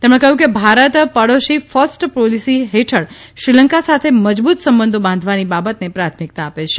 તેમણે કહ્યું કે ભારત પડોશી ફર્સ્ટ પોલીસી હેઠળ શ્રીલંકા સાથે મજબૂત સંબંધો બાંધવાની બાબતને પ્રાથમિકતા આપે છે